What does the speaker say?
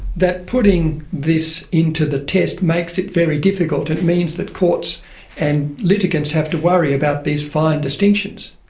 that putting this into the test makes it very difficult. it means that courts and litigants have to worry about these fine distinctions.